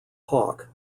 hawke